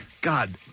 God